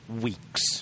weeks